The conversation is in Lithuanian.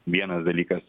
vienas dalykas